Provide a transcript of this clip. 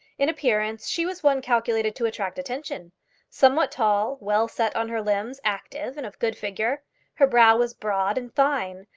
in appearance she was one calculated to attract attention somewhat tall, well set on her limbs, active, and of good figure her brow was broad and fine,